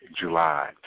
July